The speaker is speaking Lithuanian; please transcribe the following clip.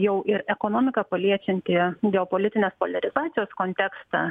jau ir ekonomiką paliečiantį geopolitinės poliarizacijos kontekstą